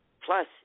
Plus